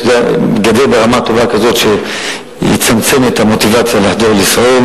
גדר ברמה טובה כזאת שתצמצם את המוטיבציה לחדור לישראל,